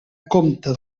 compte